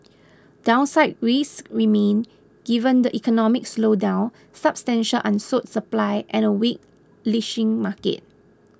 downside risks remain given the economic slowdown substantial unsold supply and a weak leashing market